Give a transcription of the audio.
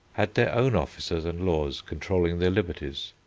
had their own officers and laws controlling their liberties.